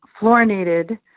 fluorinated